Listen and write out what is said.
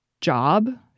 job